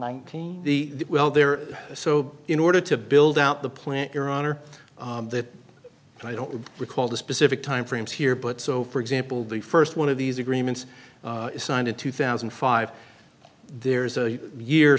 nineteen the well there so in order to build out the plant your honor i don't recall the specific time frames here but so for example the first one of these agreements signed in two thousand and five there is a year